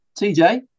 TJ